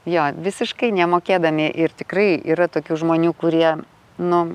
jo visiškai nemokėdami ir tikrai yra tokių žmonių kurie nu